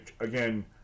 again